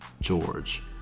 George